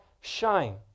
shine